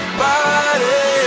body